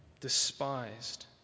Despised